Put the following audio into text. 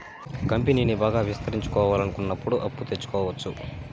కంపెనీని బాగా విస్తరించాలనుకున్నప్పుడు అప్పు తెచ్చుకోవచ్చు